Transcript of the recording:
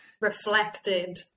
reflected